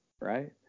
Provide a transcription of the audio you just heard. right